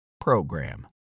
program